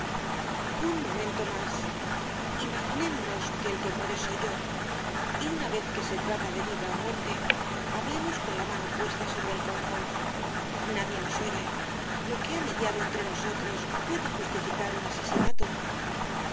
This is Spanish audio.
un momento más imaginémonos que el que muere soy yo y una vez que se trata de vida ó muerte hablemos con la mano puesta sobre el corazón nadie nos oye lo que ha mediado entre nosotros puede justificar un asesinato